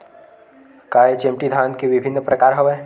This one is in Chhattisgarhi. का एच.एम.टी धान के विभिन्र प्रकार हवय?